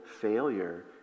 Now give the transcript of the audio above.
failure